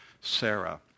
Sarah